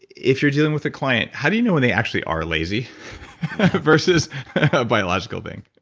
if you're dealing with a client, how do you know when they actually are lazy versus a biological thing?